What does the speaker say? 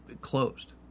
closed